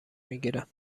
میگیرم